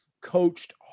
coached